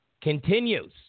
continues